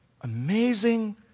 amazing